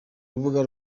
rubuga